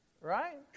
right